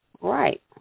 right